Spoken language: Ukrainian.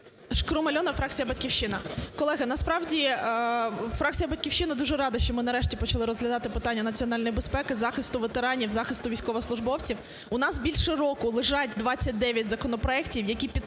ШкрумАльона, фракція "Батьківщина". Колеги, насправді фракція "Батьківщина" дуже рада, що ми нарешті почали розглядати питання національної безпеки, захисту ветеранів, захисту військовослужбовців. У нас більше року лежать 29 законопроектів, які підтримували,